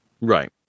Right